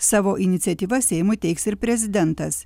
savo iniciatyva seimui teiks ir prezidentas